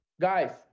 guys